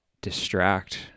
distract